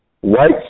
white